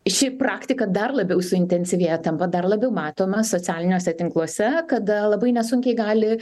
ši praktika dar labiau suintensyvėja tampa dar labiau matoma socialiniuose tinkluose kada labai nesunkiai gali